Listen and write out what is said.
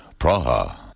Praha